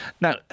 Now